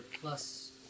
plus